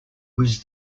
was